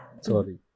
Sorry